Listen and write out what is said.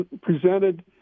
presented